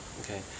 Okay